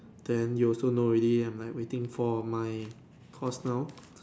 then you also know already and I'm waiting for my course now